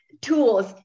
tools